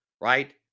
Right